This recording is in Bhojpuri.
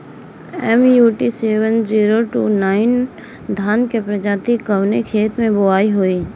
MUT seven zero two nine धान के प्रजाति कवने खेत मै बोआई होई?